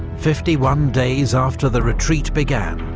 fifty one days after the retreat began,